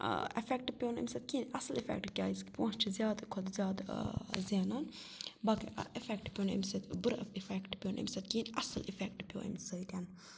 effect پیوٚو نہٕ اَمہِ سۭتۍ کِہیٖنۍ اَصٕل اِفٮ۪کٹ کیٛازِکہِ پونٛسہٕ چھِ زیادٕ کھۄتہٕ زیادٕ زینان باقٕے اِفٮ۪کٹ پیوٚو نہٕ اَمہِ سۭتۍ بُرٕ اِفٮ۪کٹ پیوٚو نہٕ اَمہِ سۭتۍ کِہیٖنۍ اَصٕل اِفٮ۪کٹ پیوٚو اَمہِ سۭتۍ